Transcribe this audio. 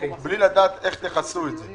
בלי לדעת איך תכסו את זה.